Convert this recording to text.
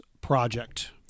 Project